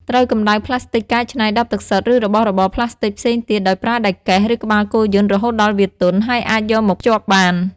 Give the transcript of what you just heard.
ត្រូវកំដៅផ្លាស្ទិកកែច្នៃ ដបទឹកសុទ្ធ ឬរបស់របរផ្លាស្ទិកផ្សេងទៀត ដោយប្រើដែកកេះ ឬក្បាលគោយន្ត រហូតដល់វាទន់ ហើយអាចយកមកភ្ជាប់បាន។